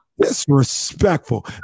Disrespectful